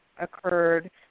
occurred